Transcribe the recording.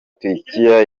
turukiya